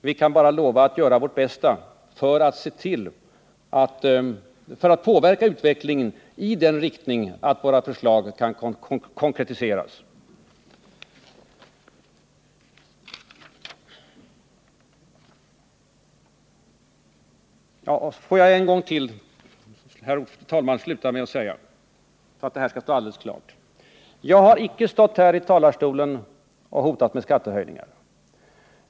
Vi kan bara lova att göra vårt bästa för att påverka utvecklingen i sådan riktning att våra förslag kan konkretiseras. Låt mig till slut, herr talman, för att göra alldeles klart vad jag menar, framhålla följande ytterligare en gång. Jag har icke från denna talarstol hotat med skattehöjningar.